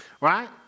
Right